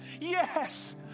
Yes